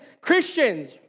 Christians